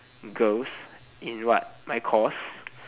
girls in what my course